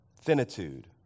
finitude